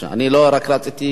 אני רק רציתי,